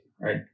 right